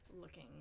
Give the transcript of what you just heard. looking